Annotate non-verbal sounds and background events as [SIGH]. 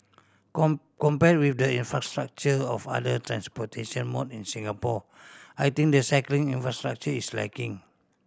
[UNINTELLIGIBLE] compare with the infrastructure of other transportation mode in Singapore I think the cycling infrastructure is lacking